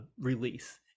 release